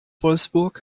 wolfsburg